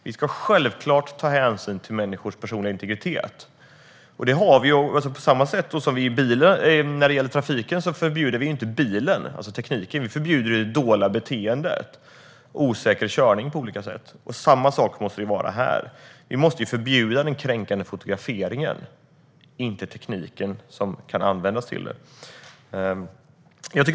Vi ska självklart ta hänsyn till människors personliga integritet. Det är på samma sätt när det gäller trafiken. Vi förbjuder inte bilen, det vill säga tekniken. Vi förbjuder det dåliga beteendet, osäker körning på olika sätt. Samma sak måste det vara här. Vi måste förbjuda den kränkande fotograferingen och inte tekniken som kan användas till det.